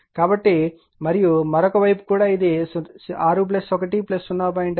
కాబట్టి మరియు మరొక వైపు కూడా ఇది 6 1 0